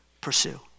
pursue